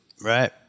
Right